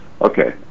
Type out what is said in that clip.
Okay